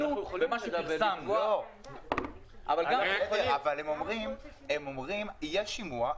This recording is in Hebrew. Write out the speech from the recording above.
הם אומרים שיהיה שימוע,